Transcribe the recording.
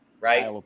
Right